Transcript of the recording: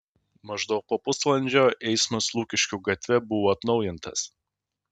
maždaug po pusvalandžio eismas lukiškių gatve buvo atnaujintas